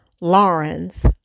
Lawrence